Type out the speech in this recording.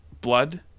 blood